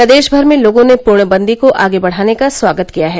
प्रदेश भर में लोगों ने पूर्णबंदी को आगे बढ़ाने का स्वागत किया है